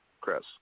Chris